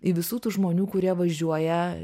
į visų tų žmonių kurie važiuoja